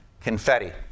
confetti